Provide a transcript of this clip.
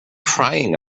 crying